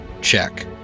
check